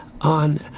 on